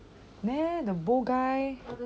the bow guy